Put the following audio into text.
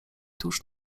tuż